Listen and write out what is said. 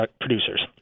producers